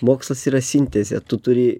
mokslas yra sintezė tu turi